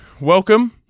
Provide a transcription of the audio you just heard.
Welcome